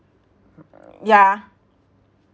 yeah